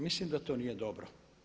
Mislim da to nije dobro.